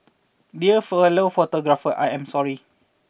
dear fellow photographers I am sorry